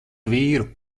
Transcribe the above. vīru